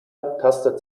tastet